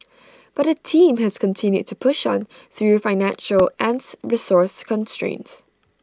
but the team has continued to push on through financial and resource constraints